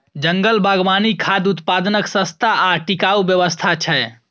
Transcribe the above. जंगल बागवानी खाद्य उत्पादनक सस्ता आ टिकाऊ व्यवस्था छै